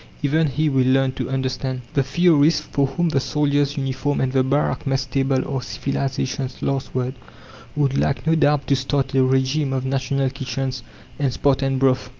even he will learn to understand. the theorists for whom the soldier's uniform and the barrack mess table are civilization's last word would like no doubt to start a regime of national kitchens and spartan broth.